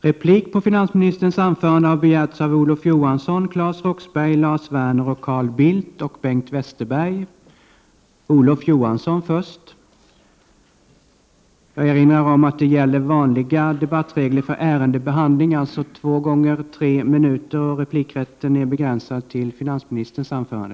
Jag vill erinra om att debattreglerna för ärendebehandling gäller, dvs. två repliker om tre minuter vardera medges. Replikrätten är begränsad till finansministerns anförande.